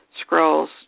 scrolls